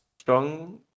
strong